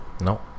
No